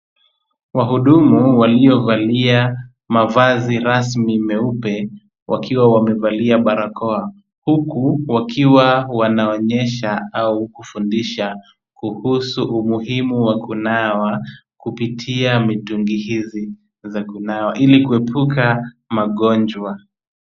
Wahudumu waliovalia mavazi rasmi meupe wakiwa wamevalia barakoa huku wakiwa wanaonyesha au kufundisha kuhusu umuhimu wa kunawa kupitia mitungi hizi za kunawa ili kuepuka magonjwa.